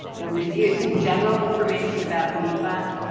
we'll review some general information about nefa,